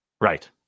Right